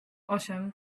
osiem